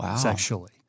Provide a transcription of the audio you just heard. sexually